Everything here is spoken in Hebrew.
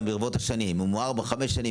אם הוא יהיה עוזר רופא ארבע או חמש שנים